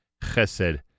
Chesed